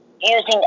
using